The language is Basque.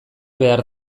behar